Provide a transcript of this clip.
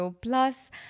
plus